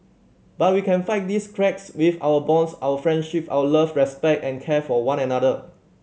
but we can fight these cracks with our bonds our friendship our love respect and care for one another